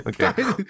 okay